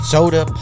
Soda